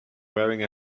wearing